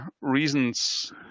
reasons